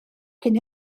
cyn